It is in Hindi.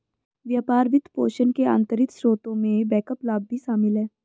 व्यापार वित्तपोषण के आंतरिक स्रोतों में बैकअप लाभ भी शामिल हैं